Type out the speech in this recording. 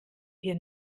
hier